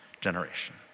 generation